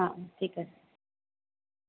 অঁ ঠিক আছে